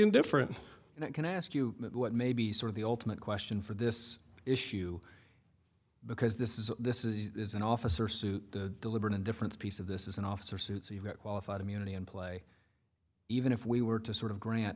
indifferent and i can ask you what may be sort of the ultimate question for this issue because this is this is an officer suit deliberate a different piece of this is an officer suit so you get qualified immunity and play even if we were to sort of grant